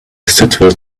suitable